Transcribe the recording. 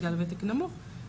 בגלל וותק נמוך,